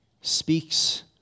speaks